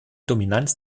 dominanz